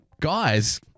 Guys